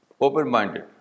open-minded